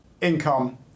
income